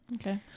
okay